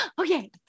Okay